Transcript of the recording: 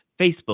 Facebook